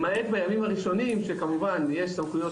למעט בימים הראשונים שכמובן יש סמכויות